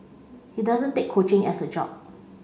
he doesn't take coaching as a job